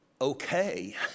okay